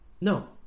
No